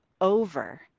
over